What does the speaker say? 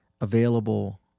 available